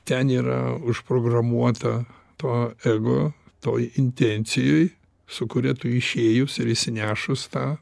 ten yra užprogramuota to ego toj intencijoj su kuria tu išėjus ir išsinešus tą